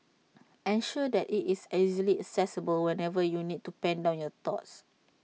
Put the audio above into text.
ensure that IT is easily accessible whenever you need to pen down your thoughts